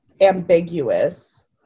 ambiguous